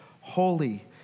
holy